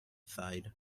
sighed